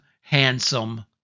handsome